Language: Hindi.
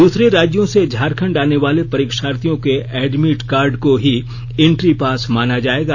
दूसरे राज्यों से झारखंड आने वाले परीक्षार्थियों के एडमिट कार्ड को ही इंट्री पास माना जायेगा